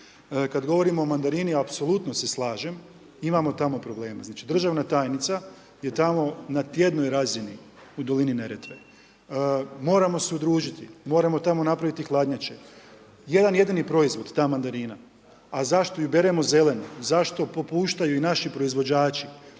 Kada govorimo o mandarini, apsolutno se slažem, imamo tamo problema. Znači državna tajnica je tamo na tjednoj razini u dolini Neretve, moramo se udružiti, moramo tamo napraviti hladnjače. Jedan jedini proizvod ta mandarina, a zašto ju beremo zelenu? Zašto popuštaju naši proizvođači